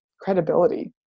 credibility